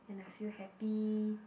and I feel happy